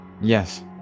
Yes